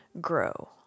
grow